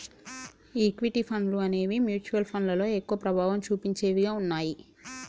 equity ఫండ్లు అనేవి mutual ఫండ్లలో ఎక్కువ ప్రభావం చుపించేవిగా ఉన్నయ్యి